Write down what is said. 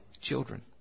children